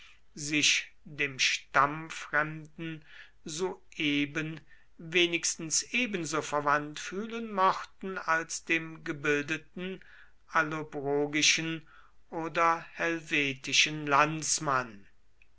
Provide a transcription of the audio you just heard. sich dem stammfremden sueben wenigstens ebenso verwandt fühlen mochten als dem gebildeten allobrogischen oder helvetischen landsmann